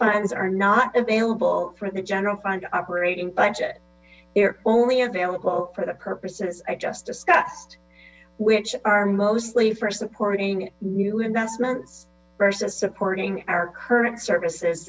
funds are not available for the general fund operating budget they are only available for the purposes of justice cost which are mostly for supporting new investments versus supporting our current services